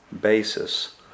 basis